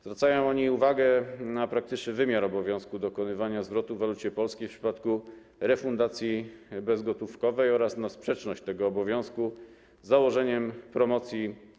Zwracają oni uwagę na praktyczny wymiar obowiązku dokonywania zwrotu w walucie polskiej w przypadku refundacji bezgotówkowej oraz na sprzeczność tego obowiązku z założeniem promocji.